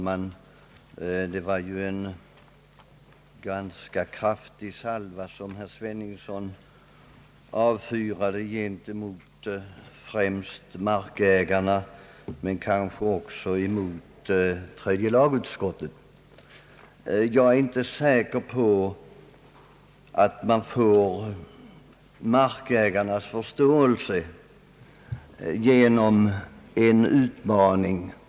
Herr talman! Herr Sveningsson avfyrade en ganska kraftig salva främst mot markägarna, men kanske också mot tredje lagutskottet. Jag är inte säker på att man får markägarnas förståelse genom en dylik utmaning.